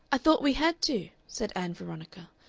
i thought we had to, said ann veronica,